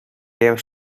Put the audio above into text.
game